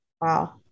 Wow